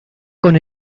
con